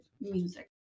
music